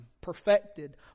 perfected